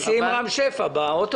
אז תיסעי עם רם שפע באוטובוס.